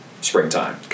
springtime